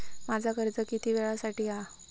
माझा कर्ज किती वेळासाठी हा?